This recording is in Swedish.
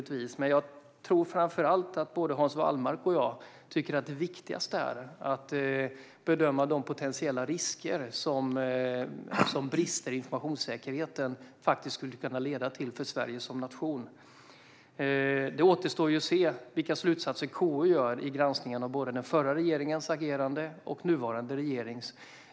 Jag tror dock att både Hans Wallmark och jag tycker att det viktigaste är att bedöma vilka potentiella risker som brister i informationssäkerheten faktiskt skulle kunna leda till för Sverige som nation. Det återstår att se vilka slutsatser KU drar i granskningen av både den förra regeringens och den nuvarande regeringens agerande.